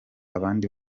abandi